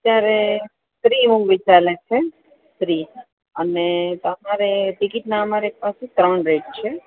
અત્યારે free home week ચાલે છે ફ્રી અને તમારે ટીકીટના અમારી પાસે ત્રણ રેટ છે